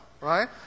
right